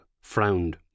frowned